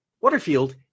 Waterfield